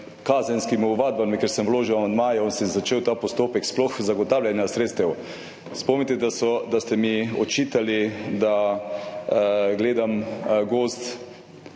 kazenskimi ovadbami, ker sem vložil amandmaje in se je začel ta postopek sploh zagotavljanja sredstev. Spomnite, da ste mi očitali, da gledam gozd